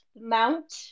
mount